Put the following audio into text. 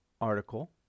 article